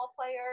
player